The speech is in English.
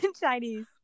Chinese